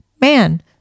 Man